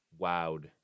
wowed